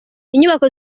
inyubako